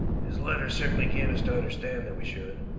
his letters certainly gave us to understand that we should,